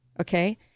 okay